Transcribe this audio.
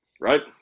Right